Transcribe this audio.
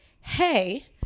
hey